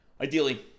ideally